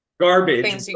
garbage